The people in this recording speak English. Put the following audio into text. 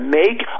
make